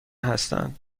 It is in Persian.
هستند